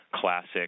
classic